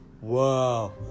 Wow